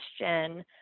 question